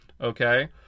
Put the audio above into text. Okay